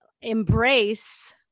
embrace